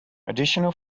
additional